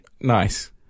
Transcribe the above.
Nice